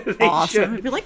awesome